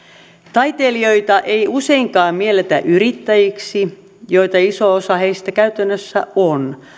taiteilijoita ei useinkaan mielletä yrittäjiksi joita iso osa heistä käytännössä on